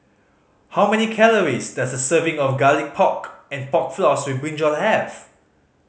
how many calories does a serving of Garlic Pork and Pork Floss with brinjal have